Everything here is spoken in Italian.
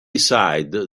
side